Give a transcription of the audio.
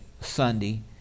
Sunday